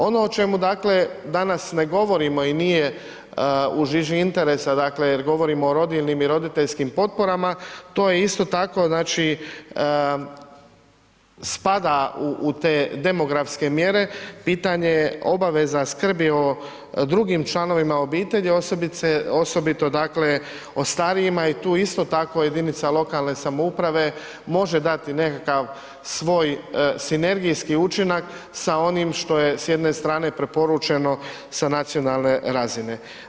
Ono o čemu, dakle, danas ne govorimo i nije u žiži interesa, dakle govorimo o rodiljnim i roditeljskim potporama, to je isto tako, znači spada u te demografske mjere, pitanje obaveza skrbi o drugim članovima obitelji, osobito dakle, o starijima i tu isto tako jedinica lokalne samouprave može dati nekakav svoj sinergijski učinak sa onim što je s jedne strane preporučeno sa nacionalne razine.